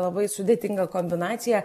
labai sudėtinga kombinacija